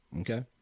okay